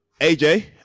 AJ